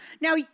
Now